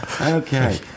Okay